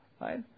right